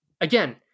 again